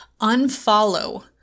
unfollow